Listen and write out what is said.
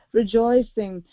rejoicing